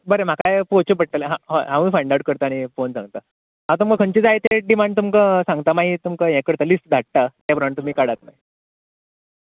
बरें म्हाकाय पळोवचें पडटलें हांवूय फांयंडआउट करतां आनी पळोवन सांगता म्हाका मागीर खंयचे जाय तें डिमांड तुमका सांगता तुमका मागीर हें लिस्ट धाडटा ते प्रमाणे तुमी काडात